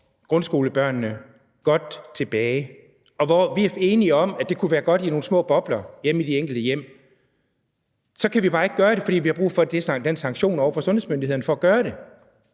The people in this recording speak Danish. grundskolebørnene godt tilbage, og hvis vi er enige om, at det kunne være godt i nogle små bobler hjemme i de enkelte hjem, så kan vi bare ikke gøre det, fordi vi har brug for den sanktion ovre fra sundhedsmyndighederne for at gøre det.